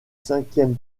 cinquième